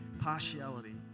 partiality